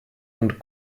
und